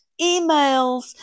emails